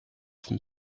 from